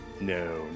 No